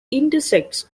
intersects